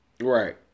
Right